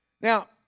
now